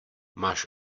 máš